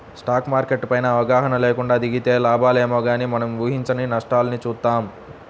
stock market పైన అవగాహన లేకుండా దిగితే లాభాలేమో గానీ మనం ఊహించని నష్టాల్ని చూత్తాం